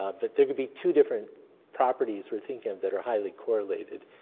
but there could be two different properties we thinking of that are highly correlated.